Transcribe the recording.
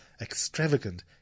extravagant